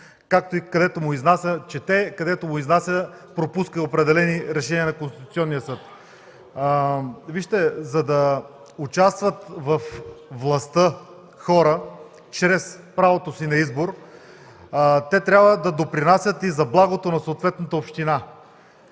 – където му изнася, чете, където му изнася – пропуска определени решения на Конституционния съд. За да участват във властта хора чрез правото си на избор, те трябва да допринасят и за благото на съответната община: